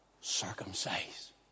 circumcise